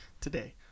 Today